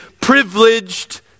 privileged